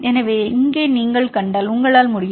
எனவே இங்கே நீங்கள் கண்டால் உங்களால் முடியும்